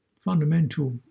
fundamental